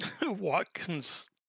Watkins